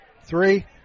Three